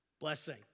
blessing